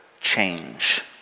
change